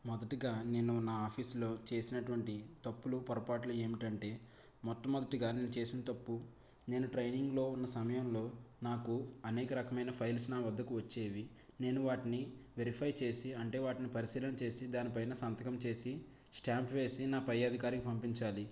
మొదటిగా నేను నా ఆఫీసులో చేసినటువంటి తప్పులు పొరపాట్లు ఏమిటంటే మొట్టమొదటిగా నేను చేసిన తప్పు నేను ట్రైనింగ్ లో ఉన్న సమయంలో నాకు అనేక రకమైన ఫైల్స్ నా వద్దకు వచ్చేవి నేను వాటిని వెరిఫై చేసి అంటే వాటిని పరిశీలన చేసి దానిపైన సంతకం చేసి స్టాంప్ వేసి నా పై అధికారికి పంపించాలి